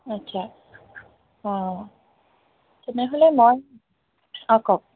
আচ্ছা অঁ তেনেহ'লে মই অঁ কওক